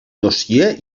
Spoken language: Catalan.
dossier